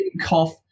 cough